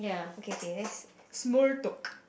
okay okay let's small talk